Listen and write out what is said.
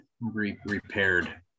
repaired